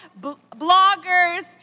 bloggers